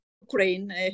Ukraine